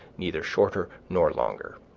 neither shorter nor longer.